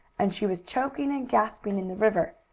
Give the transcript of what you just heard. and she was choking and gasping in the river.